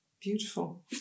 Beautiful